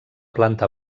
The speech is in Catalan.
planta